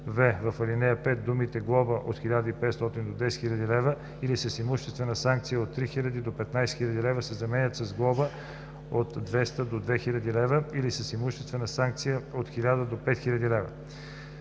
в) в ал. 5 думите „глоба от 1500 до 10 000 лв. или с имуществена санкция от 3000 до 15 000 лв.“ се заменят с „глоба от 200 до 2000 лв. или с имуществена санкция от 1000 до 5000 лв.“.